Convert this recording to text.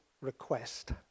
request